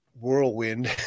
whirlwind